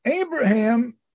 Abraham